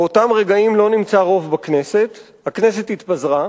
באותם רגעים לא נמצא רוב בכנסת, הכנסת התפזרה,